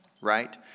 Right